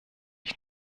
ich